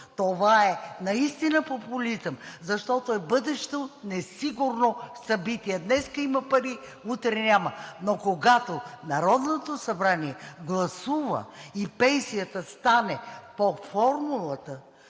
Това е наистина популизъм, защото е бъдещо несигурно събитие. Днеска има пари – утре няма! Но, когато Народното събрание гласува и пенсията стане по формулата